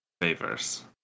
favors